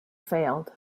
failed